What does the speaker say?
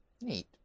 Neat